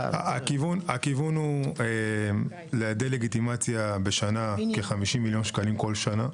הכיוון הוא לדה לגיטימציה בשנה כ-50 מיליון שקלים כל שנה.